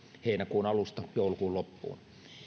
heinäkuun alusta joulukuun loppuun